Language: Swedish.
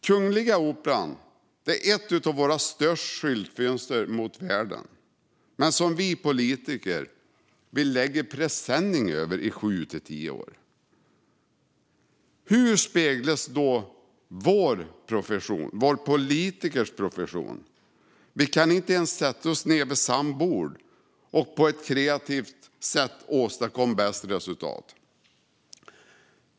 Kungliga Operan är ett av våra största skyltfönster mot världen, men vi politiker vill lägga en presenning över det i sju till tio år. Hur speglas då vår profession - en politikers profession? Vi kan inte ens sätta oss ned vid samma bord för att på ett kreativt sätt åstadkomma bästa resultat.